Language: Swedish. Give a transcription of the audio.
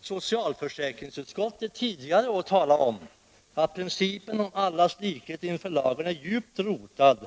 Socialförsäkringsutskottet har också tidigare år talat om att principen om allas likhet inför lagen är djupt rotad